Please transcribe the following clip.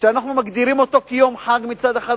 שאנחנו מגדירים אותו כיום חג מצד אחד,